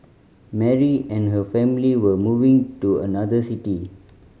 Mary and her family were moving to another city